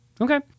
Okay